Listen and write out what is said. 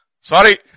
Sorry